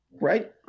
right